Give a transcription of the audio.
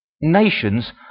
nations